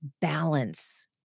balance